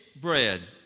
bread